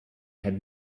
had